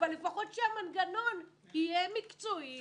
אבל לפחות שהמנגנון יהי מקצועי וראוי.